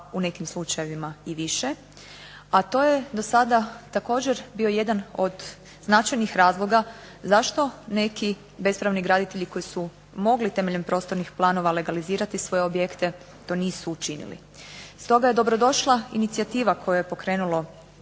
u nekim slučajevima i više, a to je dosada također bio jedan od značajnih razloga zašto neki bespravni graditelji koji su mogli temeljem prostornih planova legalizirati svoje objekte to nisu učinili. Stoga je dobrodošla inicijativa koju je pokrenulo